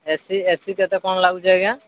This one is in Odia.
ଏ ସି ଏ ସି କେତେ କ'ଣ ଲାଗୁଛି ଆଜ୍ଞା